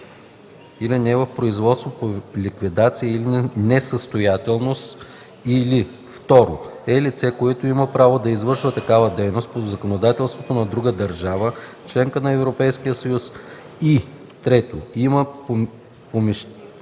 и не е в производство по ликвидация или несъстоятелност, или 2. Е лице, което има право да извършва такава дейност по законодателството на друга държава – членка на Европейския съюз, и 3. има помещение